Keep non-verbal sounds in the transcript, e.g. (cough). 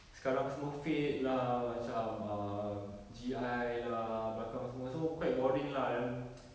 sekarang semua fade lah macam err G_I lah belakang semua so quite boring lah then (noise)